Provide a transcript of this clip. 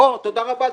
הו, תודה רבה.